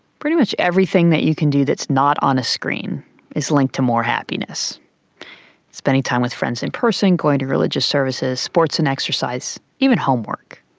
pretty much everything that you can do that is not on a screen is linked to more happiness spending time with friends in person, going to religious services, sports and exercise, even homework.